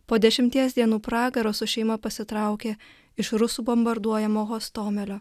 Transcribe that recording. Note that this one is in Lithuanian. po dešimties dienų pragaro su šeima pasitraukė iš rusų bombarduojamo hostomelio